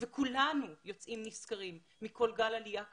וכולנו יוצאים נשכרים מכל גל עלייה כזה.